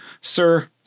sir